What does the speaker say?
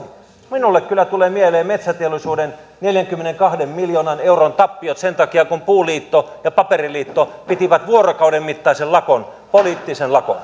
minulle kyllä tulevat mieleen metsäteollisuuden neljänkymmenenkahden miljoonan euron tappiot sen takia kun puuliitto ja paperiliitto pitivät vuorokauden mittaisen lakon poliittisen lakon